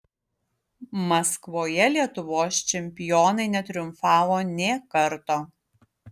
maskvoje lietuvos čempionai netriumfavo nė karto